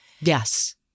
Yes